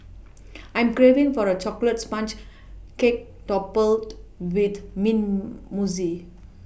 I am craving for a chocolate sponge cake topped with mint mousse